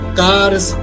cars